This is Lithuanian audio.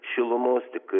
šilumos tik